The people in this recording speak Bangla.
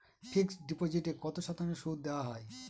ফিক্সড ডিপোজিটে কত শতাংশ সুদ দেওয়া হয়?